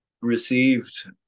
received